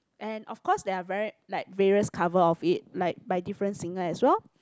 and of course there are very like various cover of it like by different singer as well